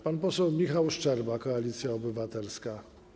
Pan poseł Michał Szczerba, Koalicja Obywatelska.